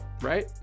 right